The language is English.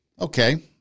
okay